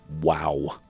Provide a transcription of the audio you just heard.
Wow